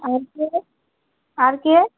আর কে আর কে